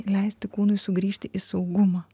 leisti kūnui sugrįžti į saugumą